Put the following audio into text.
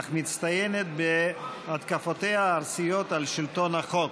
אך מצטיינת בהתקפותיה הארסיות על שלטון החוק.